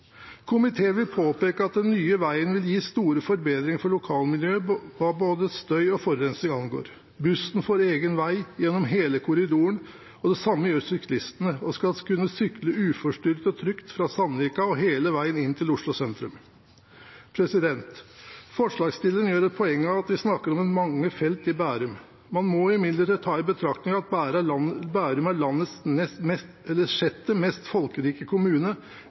Komiteen vil påpeke at den nye veien vil gi store forbedringer for lokalmiljøet hva angår både støy og forurensning. Bussen får egen vei gjennom hele korridoren, og det samme gjør syklistene. De skal kunne sykle uforstyrret og trygt fra Sandvika hele veien inn til Oslo sentrum. Forslagsstillerne gjør et poeng av at man snakker om mange felt i Bærum. Man må imidlertid ta i betraktning at Bærum er landets sjette mest folkerike kommune,